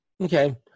Okay